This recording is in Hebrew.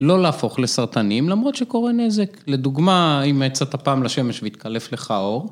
לא להפוך לסרטנים למרות שקורה נזק, לדוגמה אם יצאת פעם לשמש והתקלף לך אור.